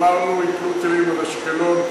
אמרנו: ייפלו טילים על אשקלון.